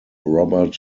robert